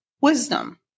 wisdom